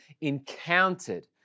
encountered